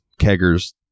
Keggers